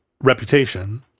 reputation